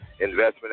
investment